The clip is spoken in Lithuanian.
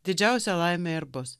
didžiausia laimė ir bus